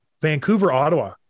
Vancouver-Ottawa